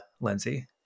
Lindsay